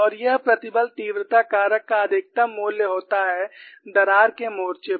और यह प्रतिबल तीव्रता कारक का अधिकतम मूल्य होता है दरार के मोर्चे पर